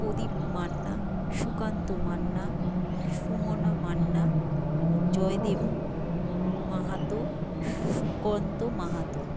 Pradip Manna Sukanta Manna Sumana Manna Joydev Mahato Sukanta Mahato